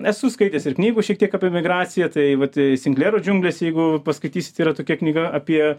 esu skaitęs ir knygų šiek tiek apie emigraciją tai vat sinklerio džiunglės jeigu paskaitysit yra tokia knyga apie